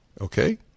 Okay